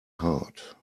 heart